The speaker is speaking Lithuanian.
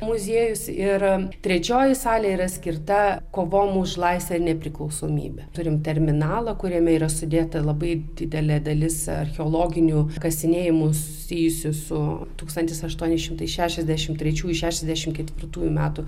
muziejus ir trečioji salė yra skirta kovom už laisvę nepriklausomybę turim terminalą kuriame yra sudėta labai didelė dalis archeologinių kasinėjimų susijusių su tūkstantis aštuoni šimtai šešiasdešimt trečiųjų šešiasdešimt ketvirtųjų metų